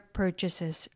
purchases